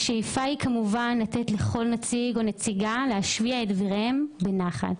השאיפה היא כמובן לתת לכל נציג או נציגה להשמיע את דבריהם בנחת,